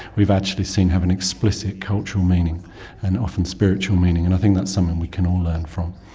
we've actually seen have an explicit cultural meaning and often spiritual meaning, and i think that's something we can all learn from.